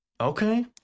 Okay